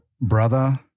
brother